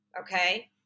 okay